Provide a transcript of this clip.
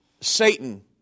Satan